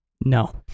No